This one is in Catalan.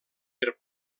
per